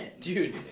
Dude